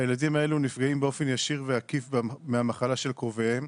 הילדים האלו נפגעים באופן ישיר מעקיף מהמחלה של קרוביהם,